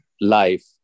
life